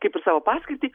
kaip ir savo paskirtį